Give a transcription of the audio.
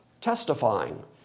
testifying